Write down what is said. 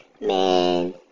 Man